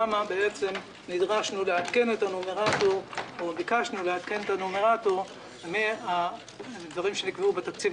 למה בעצם ביקשנו לעדכן את הנומרטור בין הדברים שנקבעו בתקציב